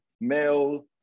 male